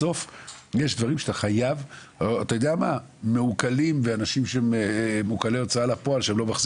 יש אנשים שהם מעוקלים בהוצאה לפועל אז אין להם